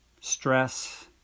stress